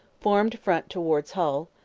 formed front towards hull,